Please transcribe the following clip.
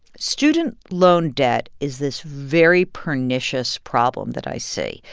student loan debt is this very pernicious problem that i see.